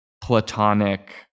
platonic